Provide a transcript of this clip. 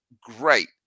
great